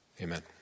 Amen